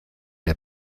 der